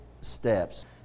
steps